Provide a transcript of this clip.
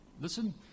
listen